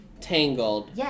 Tangled